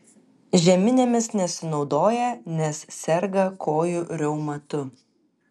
žeminėmis nesinaudoja nes serga kojų reumatu